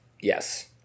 Yes